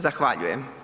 Zahvaljujem.